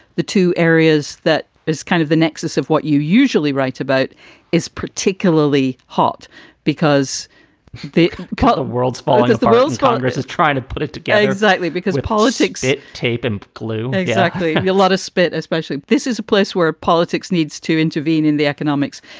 the two areas that is kind of the nexus of what you usually write about is particularly hot because they call the world's falling as the world's congress is trying to put it together exactly because of politics. it tape and glue. exactly. a lot of spit especially. this is a place where politics needs to intervene in the economics.